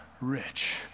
rich